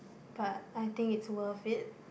but I think is worth it